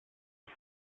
τις